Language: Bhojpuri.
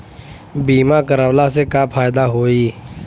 बीमा करवला से का फायदा होयी?